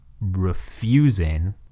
refusing